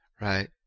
right